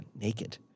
naked